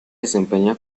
desempeña